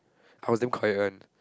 I was damn quiet one